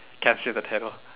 can't say the title